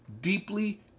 deeply